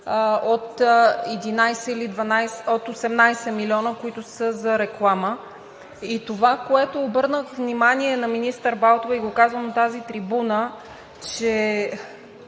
- по спомен, от 18 милиона, които са за реклама. Това, на което обърнах внимание на министър Балтова – и го казвам от тази трибуна, е,